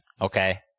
okay